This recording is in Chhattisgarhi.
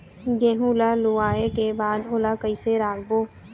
गेहूं ला लुवाऐ के बाद ओला कइसे राखबो?